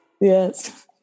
Yes